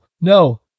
no